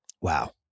Wow